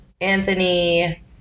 Anthony